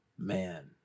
Man